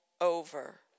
over